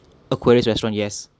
aquarius restaurant yes